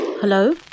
Hello